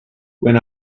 when